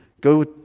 Go